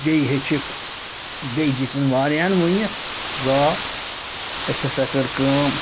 بیٚیہِ ہیٚچھِکھ بیٚیہِ دِتِن واریاہَن ووٚنِتھ زال اَسہِ ہَسا کٔر کٲم